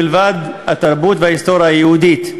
מלבד התרבות וההיסטוריה היהודית,